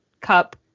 cup